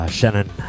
Shannon